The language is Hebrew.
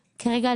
כרגע,